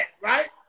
right